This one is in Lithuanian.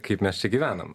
kaip mes gyvename